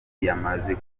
yamaze